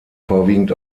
vorwiegend